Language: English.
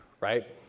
right